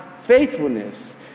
faithfulness